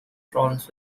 problems